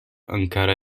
encara